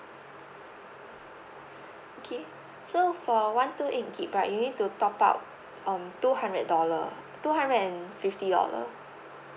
okay so for one two eight gig right you need to top up um two hundred dollar two hundred and fifty dollars